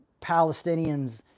Palestinians